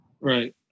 Right